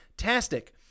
Fantastic